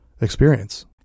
experience